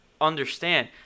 understand